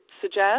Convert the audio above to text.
suggest